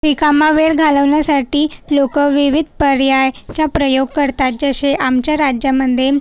रिकामा वेळ घालवण्यासाठी लोक विविध पर्यायाचा प्रयोग करतात जसे आमच्या राज्यामध्ये